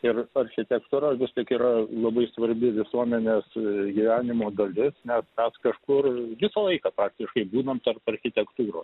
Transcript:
ir architektūra vis tik yra labai svarbi visuomenės gyvenimo dalis nes mes kažkur visą laiką faktiškai būnam tarp architektūros